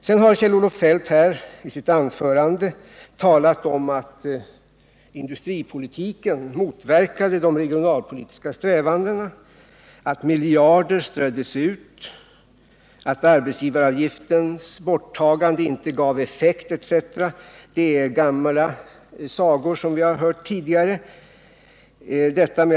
Sedan har Kjell-Olof Feldt här i sitt anförande talat om att industripolitiken motverkade de regionalpolitiska strävandena, att miljarder ströddes ut, att arbetsgivaravgiftens borttagande inte gav effekt, etc. Det är gamla sagor som vi hört tidigare.